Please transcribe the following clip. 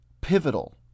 pivotal